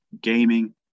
gaming